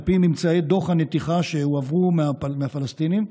על פי ממצאי דוח הנתיחה שהועברו על ידי הפלסטינים,